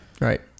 Right